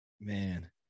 Man